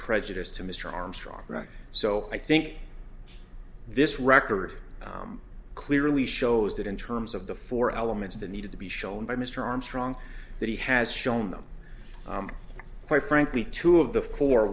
prejudice to mr armstrong right so i think this record clearly shows that in terms of the four elements that needed to be shown by mr armstrong that he has shown them quite frankly two of the four